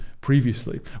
previously